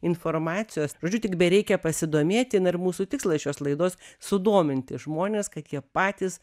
informacijos žodžiu tik bereikia pasidomėti na ir mūsų tikslas šios laidos sudominti žmones kad jie patys